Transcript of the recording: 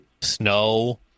snow